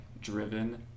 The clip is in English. driven